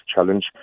challenge